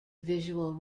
visual